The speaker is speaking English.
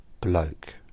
bloke